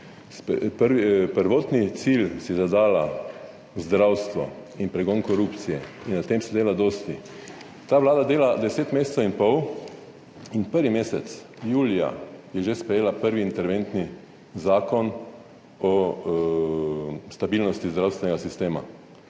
prvotni cilj si je zadala zdravstvo in pregon korupcije in na tem se dela dosti. Ta vlada dela 10 mesecev in pol in prvi mesec, julija, je že sprejela prvi interventni zakon o stabilnosti zdravstvenega sistema,